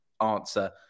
Answer